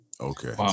Okay